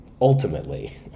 ultimately